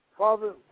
Father